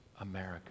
America